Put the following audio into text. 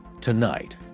Tonight